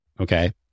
okay